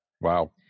wow